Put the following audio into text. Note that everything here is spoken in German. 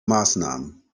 maßnahmen